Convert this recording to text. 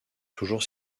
toujours